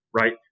right